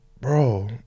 Bro